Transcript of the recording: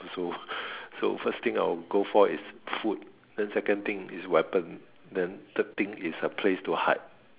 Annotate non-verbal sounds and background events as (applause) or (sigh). also (breath) so first thing I will go for is food then second thing is weapon then third thing is a place to hide